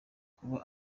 kuba